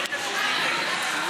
להתנגד לתוכנית ההתנתקות?